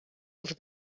over